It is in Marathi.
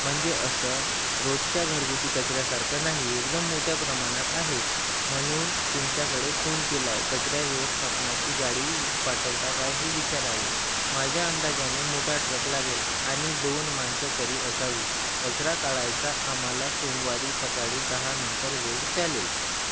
म्हणजे असं रोजच्या घरगुती कचऱ्यासारखं नाही एकदम मोठ्या प्रमाणात आहे म्हणून तुमच्याकडे फोन केला आहे कचऱ्या व्यवस्थापनाची गाडी पाठवता काय हे विचारायला माझ्या अंदाजाने मोठा ट्रक लागेल आणि दोन माणसं तरी असावी कचरा काढायचा आम्हाला सोमवारी सकाळी दहानंतर वेळ चालेल